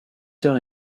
heures